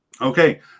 Okay